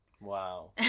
Wow